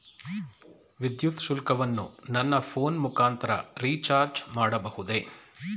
ವಿದ್ಯುತ್ ಶುಲ್ಕವನ್ನು ನನ್ನ ಫೋನ್ ಮುಖಾಂತರ ರಿಚಾರ್ಜ್ ಮಾಡಬಹುದೇ?